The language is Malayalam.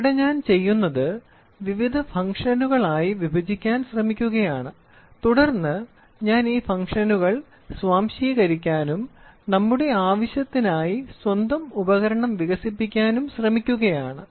ഇവിടെ ഞാൻ ചെയ്യുന്നത് വിവിധ ഫംഗ്ഷനുകളായി വിഭജിക്കാൻ ശ്രമിക്കുകയാണ് തുടർന്ന് ഞാൻ ഈ ഫംഗ്ഷനുകൾ സ്വാംശീകരിക്കാനും നമ്മുടെ ആവശ്യത്തിനായി സ്വന്തം ഉപകരണം വികസിപ്പിക്കാനും ശ്രമിക്കുകയാണ്